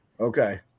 okay